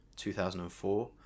2004